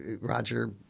Roger